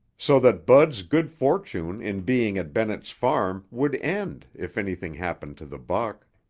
so that bud's good fortune in being at bennett's farm would end if anything happened to the buck.